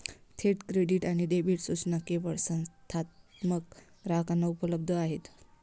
थेट क्रेडिट आणि डेबिट सूचना केवळ संस्थात्मक ग्राहकांना उपलब्ध आहेत